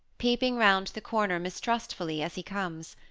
peep ing round the corner mistrustfully as he comes.